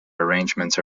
arrangements